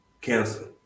cancer